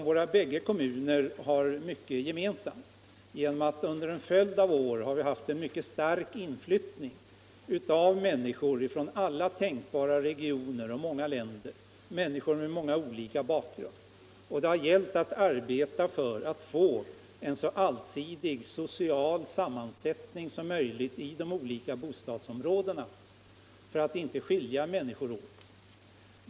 Våra kommuner har mycket gemensamt genom att bägge kommunerna under en följd av år har haft en mycket stark inflyttning av människor från alla tänkbara regioner och många olika länder —- människor med olika bakgrund. Det har gällt att arbeta för att få en så allsidig social sammansättning som möjligt i de olika bostadsområdena för att inte skilja människor åt.